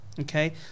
Okay